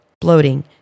bloating